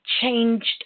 changed